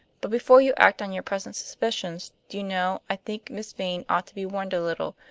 but before you act on your present suspicions, do you know, i think miss vane ought to be warned a little?